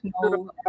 No